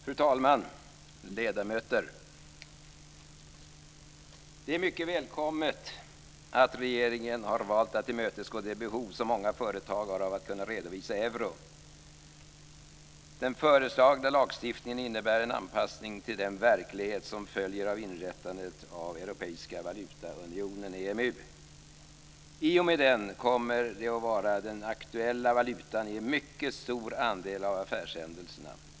Fru talman! Ledamöter! Det är mycket välkommet att regeringen har valt att tillmötesgå det behov som många företag har av att kunna redovisa i euro. Den föreslagna lagstiftningen innebär en anpassning till den verklighet som följer av inrättandet av den europeiska valutaunionen EMU. I och med den kommer euron att vara den aktuella valutan i en mycket stor andel av affärshändelserna.